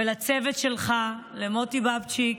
ולצוות שלך, למוטי בבצ'יק,